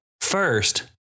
first